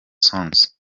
songs